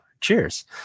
cheers